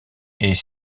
est